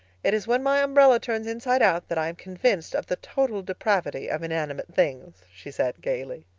it is when my umbrella turns inside out that i am convinced of the total depravity of inanimate things, she said gaily.